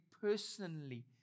personally